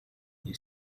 you